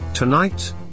Tonight